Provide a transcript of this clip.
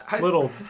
little